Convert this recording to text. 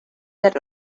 that